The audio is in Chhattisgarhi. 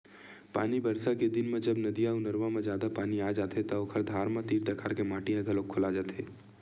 पानी बरसा के दिन म जब नदिया अउ नरूवा म जादा पानी आ जाथे त ओखर धार म तीर तखार के माटी ह घलोक खोला जाथे